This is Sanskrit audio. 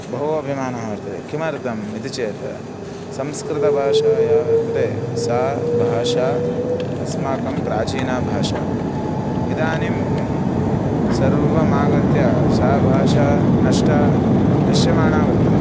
बहु अभिमानः वर्तते किमर्थम् इति चेत् संस्कृतभाषा या वर्तते सा भाषा अस्माकं प्राचीना भाषा इदानीं सर्वमागत्य सा भाषा नष्टा नश्यमाणा वर्तते